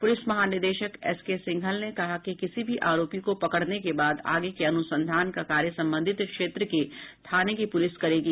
police महानिदेशक SK Singhal ने कहा है कि किसी भी आरोपी को पकड़ने के बाद आगे के अनुसंधान का कार्य संबंधित क्षेत्र के थाने की पुलिस करेगी